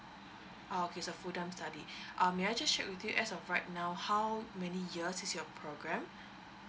ah okay so is a full time study um may I just check with you as of right now how many years is your program